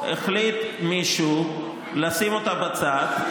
החליט מישהו לשים אותה בצד.